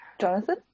Jonathan